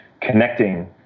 connecting